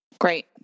Great